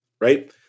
Right